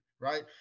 right